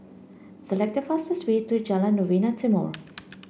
select the fastest way to Jalan Novena Timor